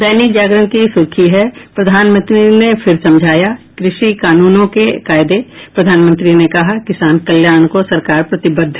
दैनिक जागरण की सुर्खी है प्रधानमंत्री ने फिर समझाया कृषि कानूनों के कायदे प्रधानमंत्री ने कहा किसान कल्याण को सरकार प्रतिबद्ध